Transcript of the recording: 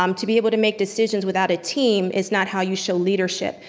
um to be able to make decisions without a team is not how you show leadership.